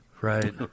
Right